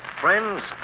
Friends